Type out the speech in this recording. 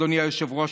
אדוני היושב-ראש,